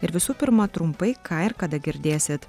ir visų pirma trumpai ką ir kada girdėsit